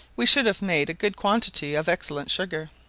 we should have made a good quantity of excellent sugar.